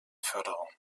förderung